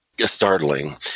startling